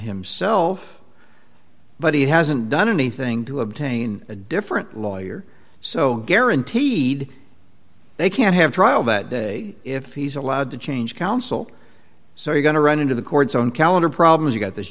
himself but he hasn't done anything to obtain a different lawyer so guaranteed they can't have trial that day if he's allowed to change counsel so you're going to run into the court's own calendar problems you've got this